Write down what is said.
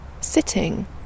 sitting